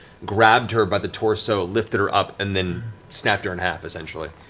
grabbed her by the torso, lifted her up, and then snapped her in half, essentially.